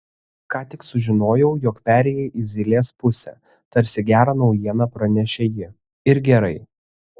ką tik sužinojau jog perėjai į zylės pusę tarsi gerą naujieną pranešė ji ir gerai